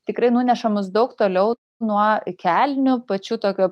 tikrai nuneša mus daug toliau nuo kelnių pačių tokio